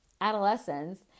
adolescents